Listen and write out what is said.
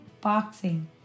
boxing